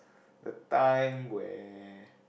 the time where